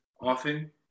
often